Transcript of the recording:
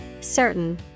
Certain